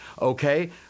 Okay